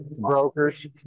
brokers